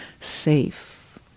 safe